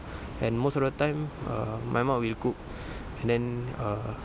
and most of the time err my mum will cook and then err